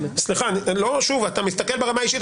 אתה מסתכל ברמה האישית.